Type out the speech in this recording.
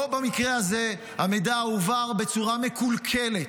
פה, במקרה הזה, המידע הועבר בצורה מקולקלת.